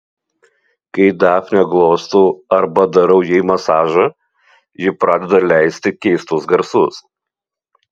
kai dafnę glostau arba darau jai masažą ji pradeda leisti keistus garsus